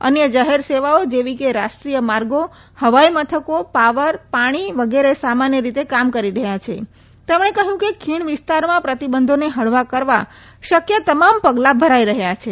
અન્ય જાહેરસેવાઓ જેવી કે રાષ્ટ્રીય માર્ગો હવાઈ મથકો પાવર પાણી વગેરે સામાન્ય રીતે કામ કરી રહ્યા છે તેમણે કહ્યું કે ખીણ વિસ્તારમાં પ્રતિબંધોને હળવા કરવા શક્ય તમામ પગલાં ભરાઈ રહ્યા છે